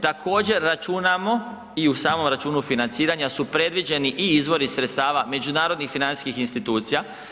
Također računamo i u samom računu financiranja su predviđeni i izvori sredstava međunarodnih financijskih institucija.